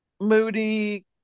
moody